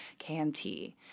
KMT